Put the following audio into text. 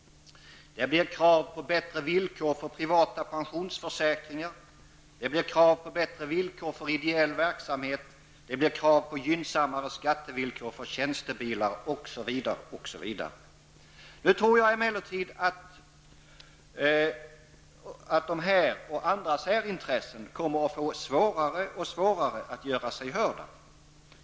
Det blir krav på bättre villkor för privata pensionsförsäkringar. Det blir krav på bättre villkor för ideell verksamhet. Det blir krav på gynnsammare skattevillkor för tjänstebilar osv. Jag tror emellertid att dessa och andra särintressen får svårare och svårare att göra sig hörda.